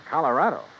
Colorado